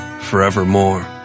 forevermore